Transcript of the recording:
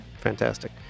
fantastic